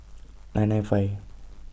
nine nine five